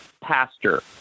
pastor